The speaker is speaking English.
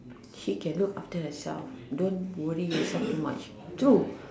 she can look after herself don't worry yourself too much true